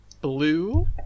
blue